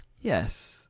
yes